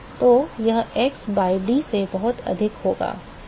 तो यह x by d से बहुत अधिक होगा